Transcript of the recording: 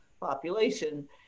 population